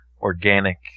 organic